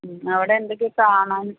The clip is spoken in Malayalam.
ഉം അവിടെ എന്തൊക്കെയാണ് കാണാൻ